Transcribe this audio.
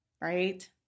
right